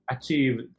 achieve